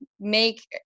make